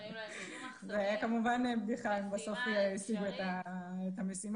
זו הייתה כמובן בדיחה, הם בסוף השיגו את המשימה.